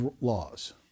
laws